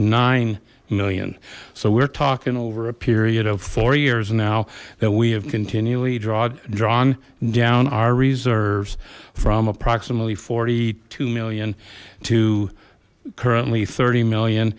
nine million so we're talking over a period of four years now that we have continually drawed drawn down our reserves from approximately forty two million to currently thirty million